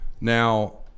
Now